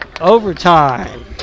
overtime